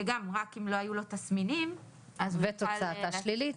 וגם רק אם לא היו לו תסמינים --- ותוצאתה שלילית,